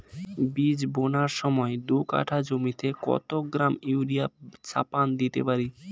বীজ বোনার সময় দু কাঠা জমিতে কত গ্রাম ইউরিয়া চাপান দিতে পারি?